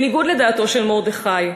בניגוד לדעתו של מרדכי.